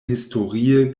historie